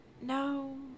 No